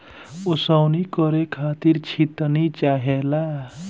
ओसवनी करे खातिर छितनी चाहेला